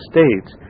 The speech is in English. States